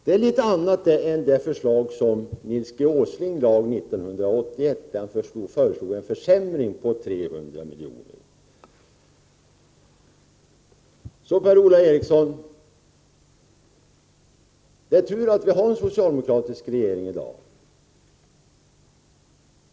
Det är litet annat än det förslag som Nils G. Åsling presenterade 1981 och som innebar en försämring med 300 miljoner. Det är alltså tur, Per-Ola Eriksson, att vi har en socialdemokratisk regering i dag.